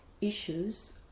issues